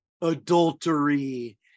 adultery